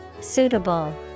Suitable